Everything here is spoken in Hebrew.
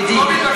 ידידי,